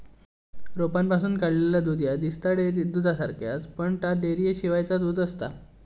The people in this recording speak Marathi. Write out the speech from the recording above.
रोपांपासून काढलेला दूध ह्या दिसता दुधासारख्याच, पण ता डेअरीशिवायचा दूध आसता